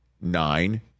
nine